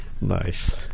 Nice